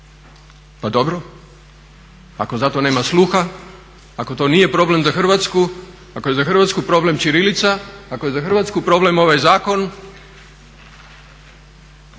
Pa dobro, ako za to nema sluha, ako to nije problem za Hrvatsku, ako je za Hrvatsku problem ćirilica, ako je za Hrvatsku problem ovaj zakon